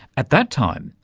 at that time,